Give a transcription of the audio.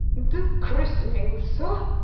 the christenings, sir!